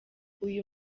uyu